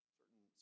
certain